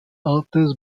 altes